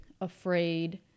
afraid